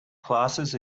classes